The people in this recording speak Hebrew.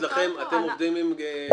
אתם עובדים עם כפר סבא?